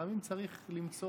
לפעמים צריך למצוא,